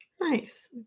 Nice